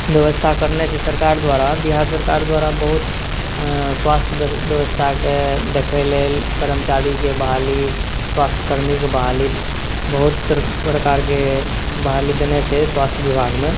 व्यवस्था करने छै सरकार द्वारा बिहार सरकार द्वारा स्वास्थ व्यवस्था के देखै लेल कर्मचारी के बहाली स्वास्थ कर्मी के बहाली बहुत प्रकार के बहाली देने छै स्वास्थ विभागमे